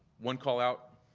one call out,